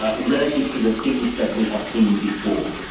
ah relative to the things that we have seen before.